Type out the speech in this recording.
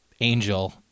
angel